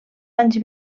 anys